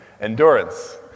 Endurance